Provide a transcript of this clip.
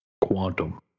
Quantum